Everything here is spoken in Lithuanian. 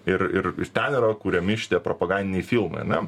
ir ir iš ten yra kuriami šitie propagandiniai filmai ane